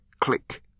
click